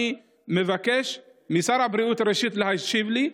אני מבקש משר הבריאות ראשית להשיב לי,